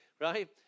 Right